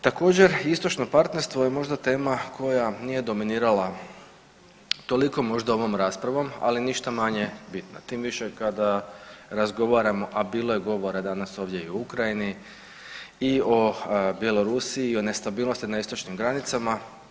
Također istočno partnerstvo je tema koja nije dominirala toliko ovom raspravom ali ništa manje bitna tim više kada razgovaramo, a bilo je govora danas ovdje i o Ukrajini i o Bjelorusiji, o nestabilnosti na istočnim granicama.